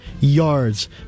yards